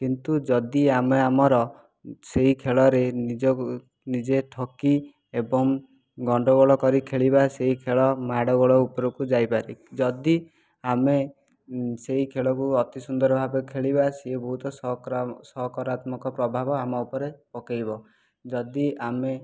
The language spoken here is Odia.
କିନ୍ତୁ ଯଦି ଆମେ ଆମର ସେହି ଖେଳରେ ନିଜକୁ ନିଜେ ଠକି ଏବଂ ଗଣ୍ଡଗୋଳ କରି ଖେଳିବା ସେହି ଖେଳ ମାଡ଼ ଗୋଳ ଉପରକୁ ଯାଇପାରେ ଯଦି ଆମେ ସେହି ଖେଳକୁ ଅତି ସୁନ୍ଦର ଭାବେ ଖେଳିବା ସେ ବହୁତ ସକରା ସକାରାତ୍ମକ ପ୍ରଭାବ ଆମ ଉପରେ ପକାଇବ ଯଦି ଆମେ